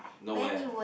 no where